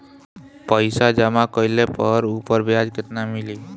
पइसा जमा कइले पर ऊपर ब्याज केतना मिली?